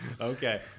Okay